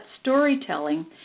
storytelling